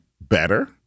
better